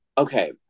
okay